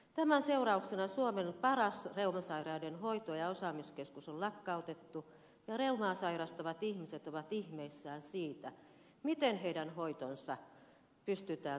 tämän seurauksena suomen paras reumasairaiden hoito ja osaamiskeskus on lakkautettu ja reumaa sairastavat ihmiset ovat ihmeissään siitä miten heidän hoitonsa pystytään turvaamaan